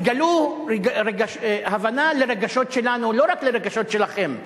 תגלו הבנה לרגשות שלנו, לא רק לרגשות שלכם.